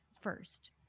first